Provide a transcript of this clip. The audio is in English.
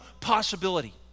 possibility